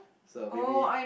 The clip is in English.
so maybe